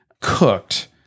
cooked